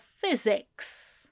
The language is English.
physics